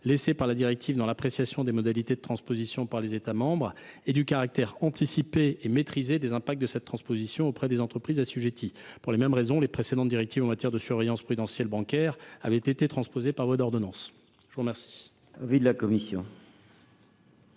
laissée par la directive dans l’appréciation des modalités de transposition par les États membres et du caractère anticipé et maîtrisé des répercussions de cette transposition sur les entreprises assujetties. Pour les mêmes raisons, les précédentes directives relatives à la surveillance prudentielle bancaire avaient été transposées par cette même voie.